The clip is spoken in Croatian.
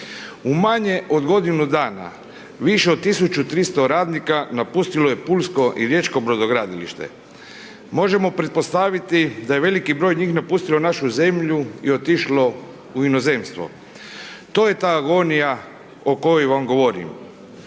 U manje od godine dana, više od 1300 radnika napustilo je Pulsko i Riječko Brodogradilište, možemo pretpostaviti da je veliki broj njih napustilo našu zemlju i otišlo u inozemstvo. To je ta agonija o kojoj vam govorim.